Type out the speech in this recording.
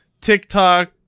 TikTok